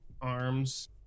arms